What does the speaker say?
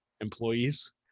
employees